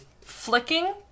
flicking